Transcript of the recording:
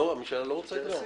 הממשלה לא רוצה את הסעיף?